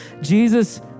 Jesus